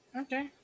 Okay